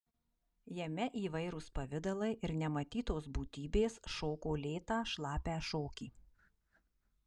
jame įvairūs pavidalai ir nematytos būtybės šoko lėtą šlapią šokį